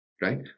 right